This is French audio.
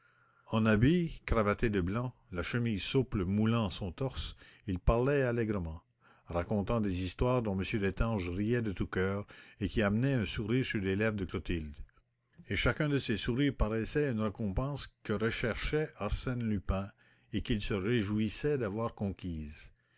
en habit cravaté de blanc la chemise souple moulant son torse il parlait allègrement racontant des histoires dont m destange riait de tout cœur et qui amenaient un sourire sur les lèvres de clotilde et chacun de ces sourires paraissait une récompense que recherchait arsène lupin et qu'il se réjouissait d'avoir conquise